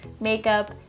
makeup